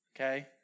Okay